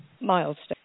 milestone